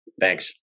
Thanks